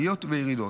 עליות וירידות,